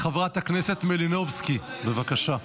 חברת הכנסת מלינובסקי, בבקשה.